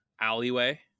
alleyway